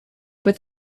with